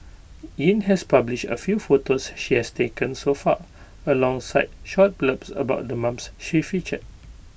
yin has publish A few photos she has taken so far alongside short blurbs about the moms she featured